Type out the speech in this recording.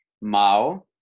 Mao